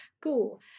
cool